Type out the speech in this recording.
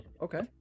Okay